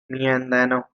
mindanao